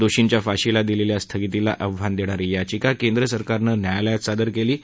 दोषींच्या फाशीला दिलेल्या स्थगितीला आव्हान देणारी याचिका केंद्र सरकारने न्यायालयात सादर केली आहे